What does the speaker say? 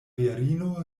virino